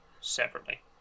separately